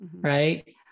right